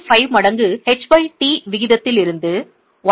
5 மடங்கு ht விகிதத்தில் இருந்து 1